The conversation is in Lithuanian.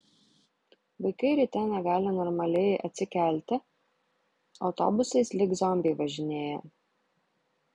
vaikai ryte negali normaliai atsikelti autobusais lyg zombiai važinėja